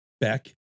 Beck